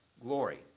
glory